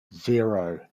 zero